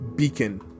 beacon